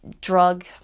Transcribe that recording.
drug